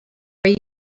are